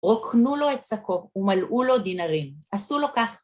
רוקנו לו את שקו ומלאו לו דינרים. עשו לו כך.